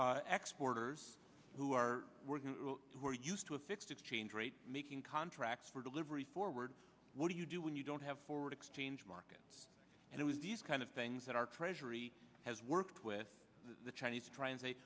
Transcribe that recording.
others who are working we're used to a fixed exchange rate making contracts for delivery forward what do you do when you don't have forward exchange markets and it was these kind of things that our treasury has worked with the chinese try and say